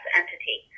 entity